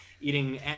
eating